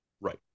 Right